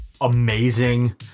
amazing